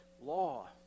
law